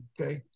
okay